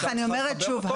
אני אומרת שוב,